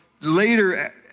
later